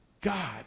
God